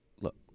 look